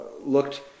looked